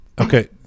Okay